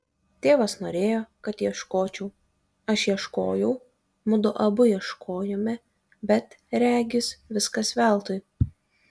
tėvas norėjo kad ieškočiau aš ieškojau mudu abu ieškojome bet regis viskas veltui